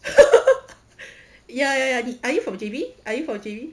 ya ya ya are you from J_B are you from J_B